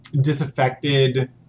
Disaffected